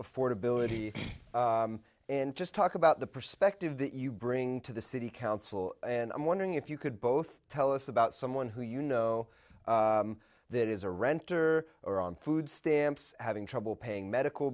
ability and just talk about the perspective that you bring to the city council and i'm wondering if you could both tell us about someone who you know that is a renter or on food stamps having trouble paying medical